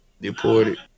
deported